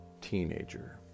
teenager